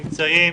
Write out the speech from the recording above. נמצאים